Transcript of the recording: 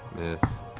miss,